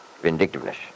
vindictiveness